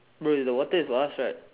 bro the water is for us right